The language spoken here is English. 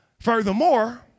Furthermore